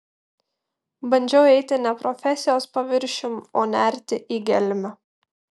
bandžiau eiti ne profesijos paviršium o nerti į gelmę